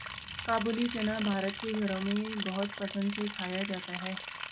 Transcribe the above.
काबूली चना भारत के घरों में बहुत पसंद से खाया जाता है